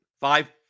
Five